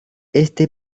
este